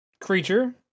creature